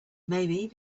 maybe